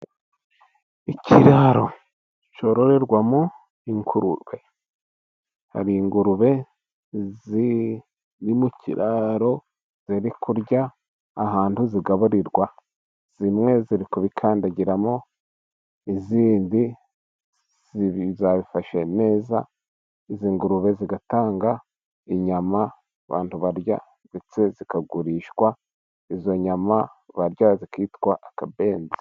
Ikiraro cyororerwamo ingurube. Hari ingurube ziri mu kiraro ziri kurya ahantu zigaburirwa. Zimwe ziri kubikandagiramo, izindi zabifashe neza. Izi ngurube zigatanga inyama abantu barya, ndetse zikagurishwa. Izo nyama barya zikitwa akabenzi.